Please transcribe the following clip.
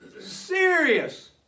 serious